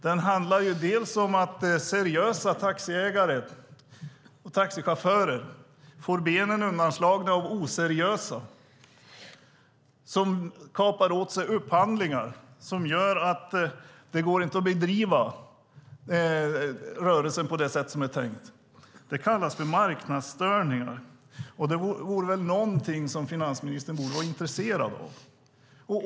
Det handlar om att seriösa taxichaufförer får benen undanslagna av oseriösa som kapar åt sig upphandlingar på ett sätt som gör att det inte går att bedriva rörelsen på det sätt som det är tänkt. Det kallas för marknadsstörningar, och det borde väl vara någonting som finansministern är intresserad av.